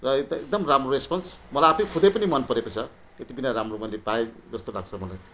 र यता एकदम राम्रो रेस्पोन्स मलाई आफैँ खुदै पनि मन परेको छ यति बिना राम्रो पाएँ जस्तो लाग्छ मलाई